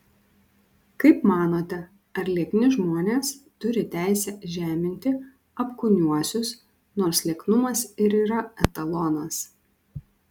kaip manote ar liekni žmonės turi teisę žeminti apkūniuosius nors lieknumas ir yra etalonas